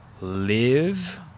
live